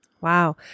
Wow